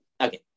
Okay